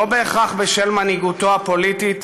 לא בהכרח בשל מנהיגותו הפוליטית,